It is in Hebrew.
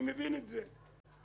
אני מבין את זה.